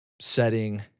setting